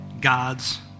God's